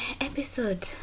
episode